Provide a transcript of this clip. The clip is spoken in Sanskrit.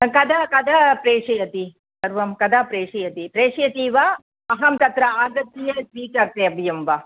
कदा कदा प्रेषयति सर्वं कदा प्रेषयति प्रेषयति वा अहं तत्र आगत्य स्वीकर्तव्यं वा